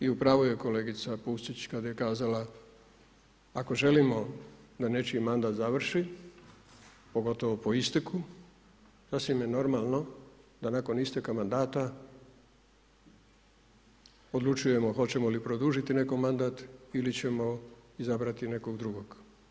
I u pravu je kolegica Pusić kada je kazala, ako želimo da nečiji mandat završi pogotovo po isteku, sasvim je normalno da nakon isteka mandata odlučujemo hoćemo li produžiti nekom mandat ili ćemo izabrati nekog drugog.